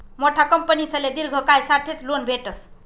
मोठा कंपनीसले दिर्घ कायसाठेच लोन भेटस